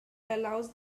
allows